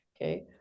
okay